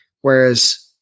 whereas